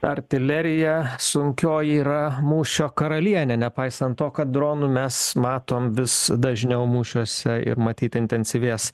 artilerija sunkioji yra mūšio karalienė nepaisant to kad dronų mes matom vis dažniau mūšiuose ir matyt intensyvės